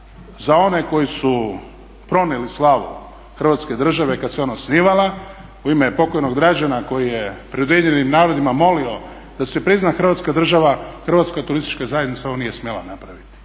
za one koji su pronijeli slavu Hrvatske države kad se ona osnivala, u ime pokojnog Dražena koji je pred UN-om molio da se prizna Hrvatska država Hrvatska turistička zajednica ovo nije smjela napraviti.